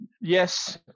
yes